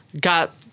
got